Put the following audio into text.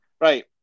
Right